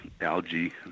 algae